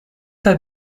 pas